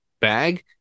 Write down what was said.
bag